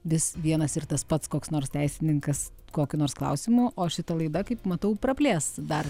vis vienas ir tas pats koks nors teisininkas kokiu nors klausimu o šita laida kaip matau praplės dar